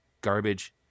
garbage